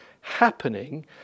happening